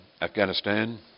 Afghanistan